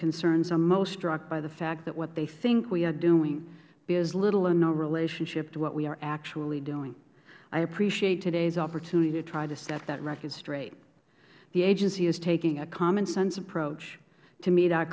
concerns i am most struck by the fact that what they think we are doing bears little or no relationship to what we are actually doing i appreciate today's opportunity to try to set that record straight the agency is taking a common sense approach to me